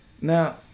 Now